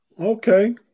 Okay